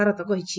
ଭାରତ କହିଛି